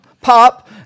pop